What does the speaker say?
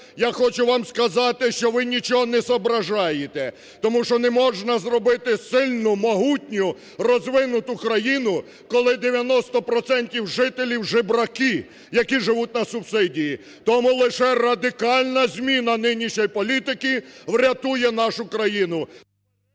я хочу вам сказати, що ви нічого не соображаєте. Тому що не можна зробити сильну, могутню, розвинуту країну, коли 90 процентів жителів – жебраки, які живуть на субсидії. Тому лише радикальна зміна нинішньої політики врятує нашу країну!